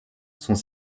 sont